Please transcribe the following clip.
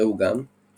ראו גם ציקלותימיה